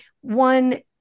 one